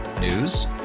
News